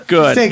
Good